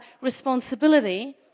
responsibility